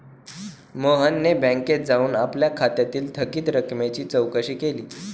मोहनने बँकेत जाऊन आपल्या खात्यातील थकीत रकमेची चौकशी केली